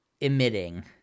Emitting